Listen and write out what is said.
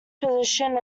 position